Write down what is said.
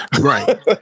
Right